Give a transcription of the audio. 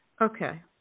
Okay